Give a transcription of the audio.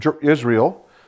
Israel